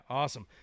awesome